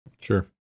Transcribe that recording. Sure